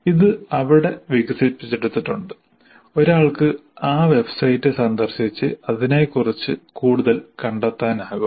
ഇത് അവിടെ വികസിപ്പിച്ചെടുത്തിട്ടുണ്ട് ഒരാൾക്ക് ആ വെബ്സൈറ്റ് സന്ദർശിച്ച് അതിനെക്കുറിച്ച് കൂടുതൽ കണ്ടെത്താനാകും